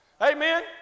Amen